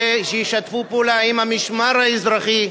שישתפו פעולה עם המשמר האזרחי.